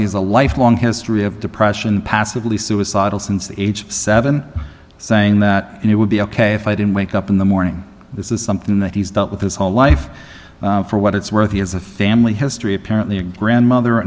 he has a life long history of depression passively suicidal since age seven saying that it would be ok if i didn't wake up in the morning this is something that he's dealt with his whole life for what it's worth he has a family history apparently a grandmother